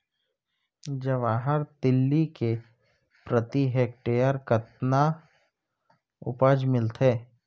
जवाहर तिलि के प्रति हेक्टेयर कतना उपज मिलथे?